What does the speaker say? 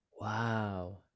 wow